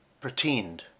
pretend